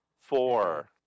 Four